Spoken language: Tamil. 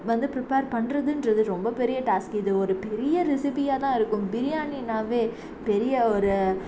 வந்து ப்ரிப்பேர் பண்ணுறதுன்றது ரொம்ப பெரிய டாஸ்க் இது ஒரு பெரிய ரெசிபியாக தான் இருக்கும் பிரியாணின்னாவே பெரிய ஒரு